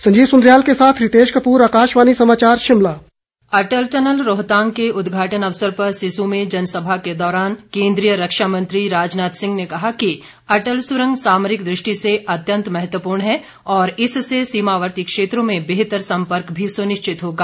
संजीव सुंद्रियाल के साथ रितेश कपूर आकाशवाणी समाचार शिमला अटल टनल रोहतांग के उदघाटन अवसर पर सिसू में जनसभा के दौरान रक्षा मंत्री राजनाथ सिंह ने कहा कि अटल सुरंग सामरिक दृष्टि से अत्यंत महत्वपूर्ण है और इससे सीमावर्ती क्षेत्रों में बेहतर संपर्क भी सुनिश्चित होगा